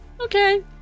Okay